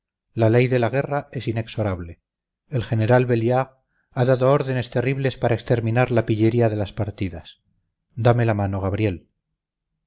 la ley de la guerra es inexorable el general belliard ha dado órdenes terribles para exterminar la pillería de las partidas dame la mano gabriel